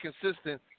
consistent